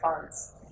funds